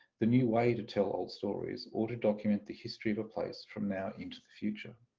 the new way to tell old stories or to document the history of a place from now into the future.